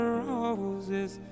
roses